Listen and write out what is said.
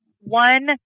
One